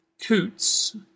Coots